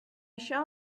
shall